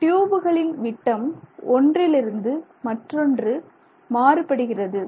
டியூபுகளின் விட்டம் ஒன்றிலிருந்து மற்றொன்று மாறுபடுகிறது